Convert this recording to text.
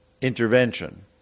intervention